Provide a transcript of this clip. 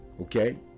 Okay